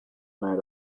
night